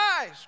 eyes